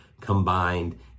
combined